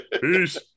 Peace